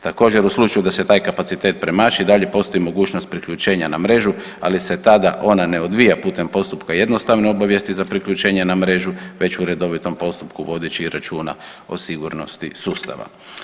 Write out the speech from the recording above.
Također u slučaju da se taj kapacitet premaši i dalje postoji mogućnost priključenja na mrežu ali se tada ona ne odvija putem postupka jednostavne obavijesti za priključenje na mrežu već u redovitom postupku vodeći računa o sigurnosti sustava.